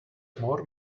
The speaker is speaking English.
more